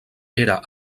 era